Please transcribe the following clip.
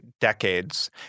decades